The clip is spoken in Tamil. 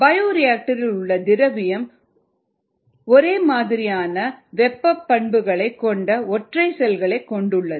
பயோரியாக்டர்இல் உள்ள திரவியம் ஒரே மாதிரியான வெப்ப பண்புகளைக் கொண்ட ஒற்றை செல்களைக் கொண்டுள்ளது